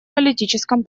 политическом